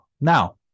Now